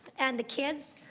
and the kids,